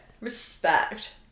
respect